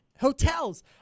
hotels